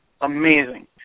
amazing